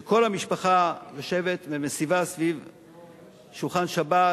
וכשכל המשפחה יושבת ומסבה סביב שולחן שבת